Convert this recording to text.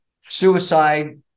suicide